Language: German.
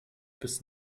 bis